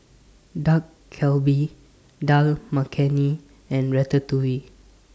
Dak Galbi Dal Makhani and Ratatouille